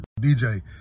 DJ